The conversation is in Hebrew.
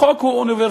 החוק הוא אוניברסלי.